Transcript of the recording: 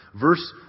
Verse